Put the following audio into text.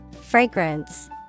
Fragrance